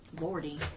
Lordy